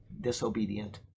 disobedient